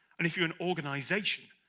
and if you're an organization,